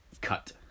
cut